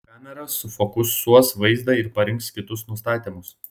kamera sufokusuos vaizdą ir parinks kitus nustatymus